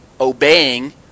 obeying